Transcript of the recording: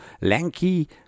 lanky